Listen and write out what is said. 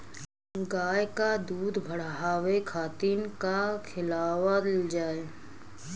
गाय क दूध बढ़ावे खातिन का खेलावल जाय?